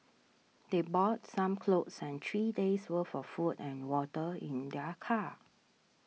they brought some clothes and three days' worth of food and water in their car